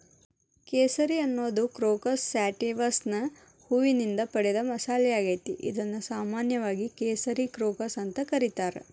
ಕೇಸರಿ ಅನ್ನೋದು ಕ್ರೋಕಸ್ ಸ್ಯಾಟಿವಸ್ನ ಹೂವಿನಿಂದ ಪಡೆದ ಮಸಾಲಿಯಾಗೇತಿ, ಇದನ್ನು ಸಾಮಾನ್ಯವಾಗಿ ಕೇಸರಿ ಕ್ರೋಕಸ್ ಅಂತ ಕರೇತಾರ